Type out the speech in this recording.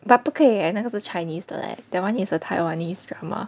but 不可以 eh 那个是 Chinese 的 leh that one is a Taiwanese drama